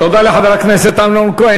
תודה לחבר הכנסת אמנון כהן.